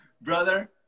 brother